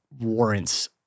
warrants